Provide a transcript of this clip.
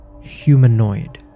humanoid